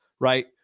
Right